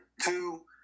two